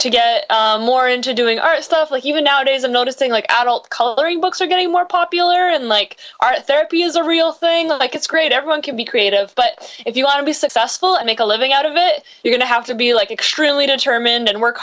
to get more into doing art stuff like even nowadays i notice things like adult coloring books are getting more popular and like our therapy is a real thing of like it's great everyone can be creative but if you want to be successful and make a living out of it we're going to have to be like extremely determined and work